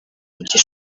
buryo